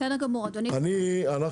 בסדר גמור, אדוני, אנחנו נבדוק.